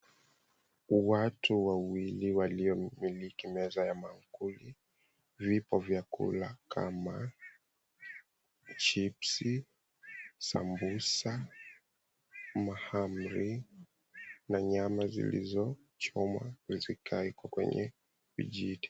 Watu wawili waliomiliki meza ya maakuli. Vipo vyakula kama chipsi, sambusa, mahamri na nyama zilizochomwa zikaekwa kwenye vijiti.